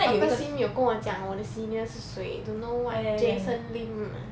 doctor xin yi got 跟我讲我的 senior 是谁 don't know what jason lim